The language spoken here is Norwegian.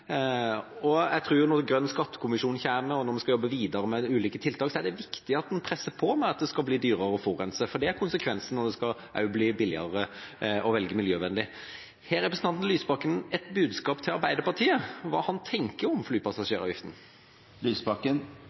side. Jeg tror at når Grønn skattekommisjon kommer og når vi skal jobbe videre med ulike tiltak, er det viktig at en presser på for at det skal bli dyrere å forurense. Det er konsekvensen når det også skal bli billigere å velge miljøvennlig. Har representanten Lysbakken et budskap til Arbeiderpartiet om hva han tenker om flypassasjeravgiften?